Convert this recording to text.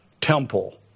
temple